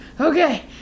okay